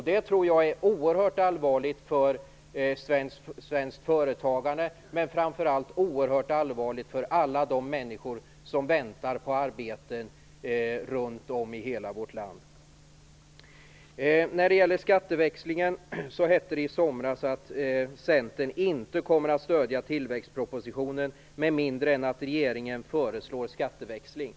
Jag tror att det är oerhört allvarligt för svenskt företagande, men framför allt för alla de människor runt om i hela vårt land som väntar på arbeten. När det gäller skatteväxlingen hette det i somras att Centern inte kommer att stödja tillväxtpropositionen med mindre än att regeringen föreslår skatteväxling.